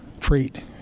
treat